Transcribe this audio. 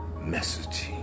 message